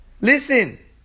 listen